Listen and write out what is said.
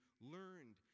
learned